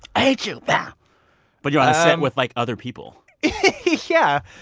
i hate you. yeah but you're on the set with, like, other people yeah.